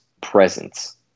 presence